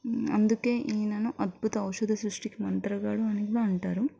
అందుకే ఈయనను అద్భుత ఔషధ సృష్టికి మంత్రగాడు అని కూడ అంటారు